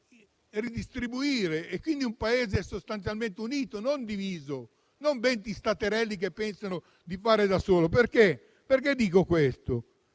di un Paese sostanzialmente unito e non diviso, non di venti staterelli che pensano di fare da soli. Perché dico questo?